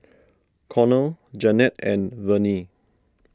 Conor Jannette and Vernie